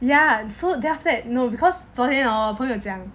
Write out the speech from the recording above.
ya so then after that no because 昨天 hor 我朋友讲